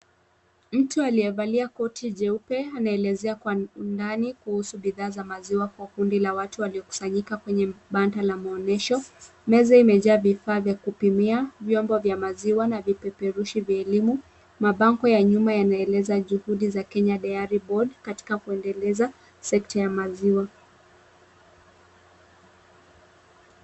Mtu aliyevalia Koti jeupe anaeleza kwa undani kuhusu bidhaa za maziwa kwa kundi la watu lililokusanyika katika panda la maonyesho. Meza imejaaa vifaa vya kupimia, vyombo vya maziwa na vipeperushi vya elimu. Mapango ya nyuma yanaeleza juhudi za Kenya dairy board katika kuendeleza sekta ya maziwa.